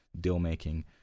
deal-making